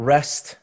Rest